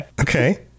Okay